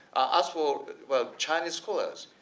as for chinese scholars,